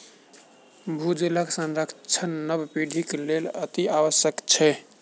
भूजलक संरक्षण नव पीढ़ीक लेल अतिआवश्यक छै